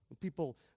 People